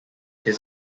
his